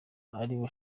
aribo